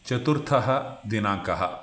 चतुर्थः दिनाङ्कः